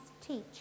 teach